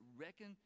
Reckon